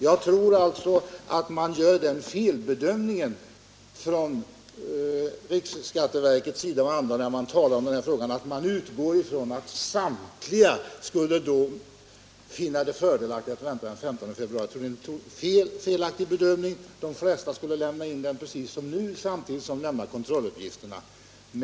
Jag tror alltså att riksskatteverket och andra gör den felbedömningen att de utgår från att samtliga egenföretagare då skulle finna det fördelaktigt att vänta till den 15 februari med att lämna in arbetsgivaruppgift. De flesta skulle säkerligen som nu lämna in den samtidigt med kontrolluppgifterna.